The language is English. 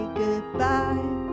goodbye